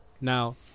Now